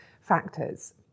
factors